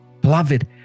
Beloved